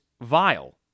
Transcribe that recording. vile